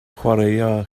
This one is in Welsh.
chwaraea